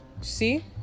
See